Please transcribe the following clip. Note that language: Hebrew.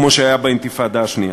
כמו שהיה באינתיפאדה השנייה.